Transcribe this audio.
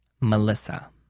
Melissa